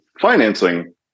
financing